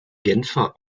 genfer